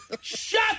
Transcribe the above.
Shut